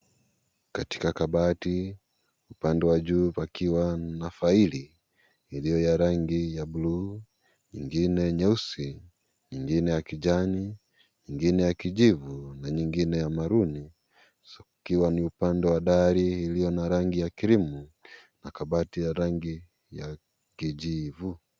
Katika kabati, upande wa juu pakiwa na faili iliyo ya rangi ya blue , ingine nyeusi, nyingine ya kijani, nyingine ya kijivu na nyingine ya maroon .Zukiwa ni upande wa diary iliyo na rangi ya cream na kabati ya rangi ya kijivu.